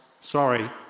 sorry